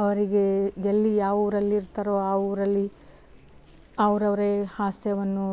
ಅವರಿಗೆ ಎಲ್ಲಿ ಯಾವೂರಲ್ಲಿ ಇರ್ತಾರೋ ಆ ಊರಲ್ಲಿ ಅವರವ್ರೇ ಹಾಸ್ಯವನ್ನು